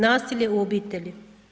Nasilje u obitelji.